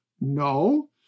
No